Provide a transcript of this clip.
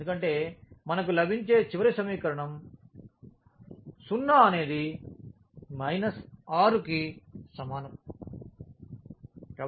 ఎందుకంటే మనకు లభించే చివరి సమీకరణం 0 అనేది మైనస్ 6 కి సమానం